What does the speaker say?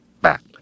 back